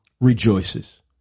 rejoices